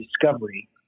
discovery